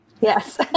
Yes